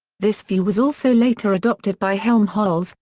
this view was also later adopted by helmholtz,